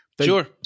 Sure